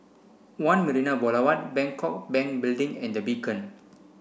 One Marina Boulevard Bangkok Bank Building and The Beacon